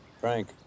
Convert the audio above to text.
Frank